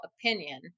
opinion